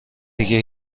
دیگه